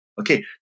Okay